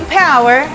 power